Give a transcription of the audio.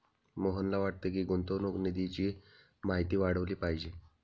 मोहनला वाटते की, गुंतवणूक निधीची माहिती वाढवली पाहिजे